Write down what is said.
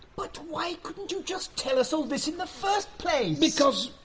but why couldn't you just tell us all this in the first place? because,